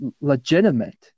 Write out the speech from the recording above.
legitimate